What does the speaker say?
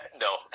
No